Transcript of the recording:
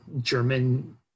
German